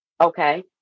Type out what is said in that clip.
Okay